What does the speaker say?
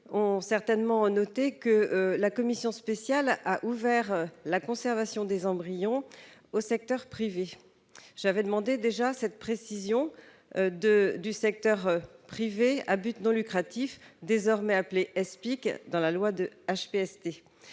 auront certainement noté que la commission spéciale a ouvert la conservation des embryons au secteur privé. J'avais demandé qu'il soit précisé qu'il s'agit du secteur privé à but non lucratif, désormais appelé Espic depuis la loi HPST.